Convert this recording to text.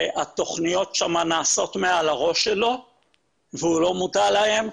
שהתכניות שם נעשות מעל הראש שלו והוא לא מודע להן,